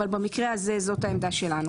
אבל במקרה הזה זאת העמדה שלנו.